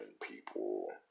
people